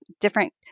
different